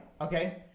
okay